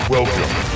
Welcome